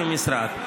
כמשרד,